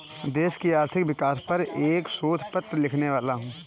देश की आर्थिक विकास पर मैं एक शोध पत्र लिखने वाला हूँ